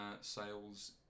sales